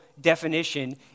definition